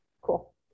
Cool